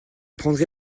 prendrai